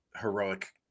heroic